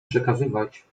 przekazywać